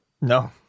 No